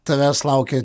tavęs laukia